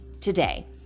today